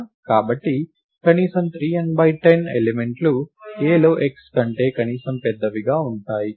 కాబట్టి కనీసం 3 n 10 ఎలిమెంట్లు Aలో x కంటే కనీసం పెద్దవిగా ఉంటాయి